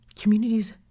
Communities